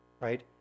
right